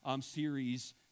series